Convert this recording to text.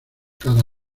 cada